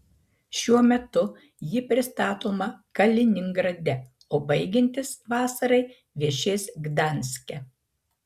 šiuo metu ji pristatoma kaliningrade o baigiantis vasarai viešės gdanske